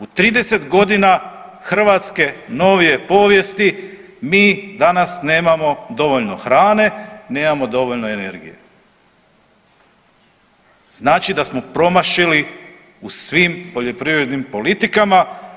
U 30 godina hrvatske novije povijesti mi danas nemamo dovoljno hrane, nemamo dovoljno energije, znači da smo promašili u svim poljoprivrednim politikama.